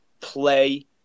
play